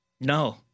No